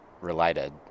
related